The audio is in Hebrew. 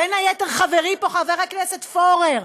בין היתר חברי חבר הכנסת פורר,